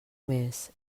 més